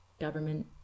government